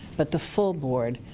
but the full board.